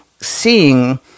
seeing